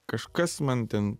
kažkas man ten